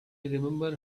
remember